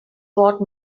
what